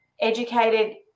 educated